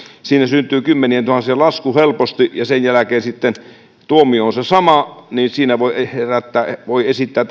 siinä syntyy kymmenientuhansien lasku helposti ja sen jälkeen sitten tuomio on se sama niin että tässä yhteydessä voi esittää